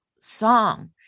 song